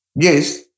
Yes